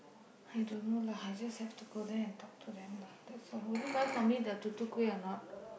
I don't know lah I just have to go there and talk to them lah that's all will buy for me the tutu-kueh or not